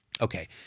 Okay